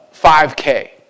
5K